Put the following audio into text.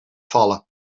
vallen